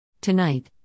Tonight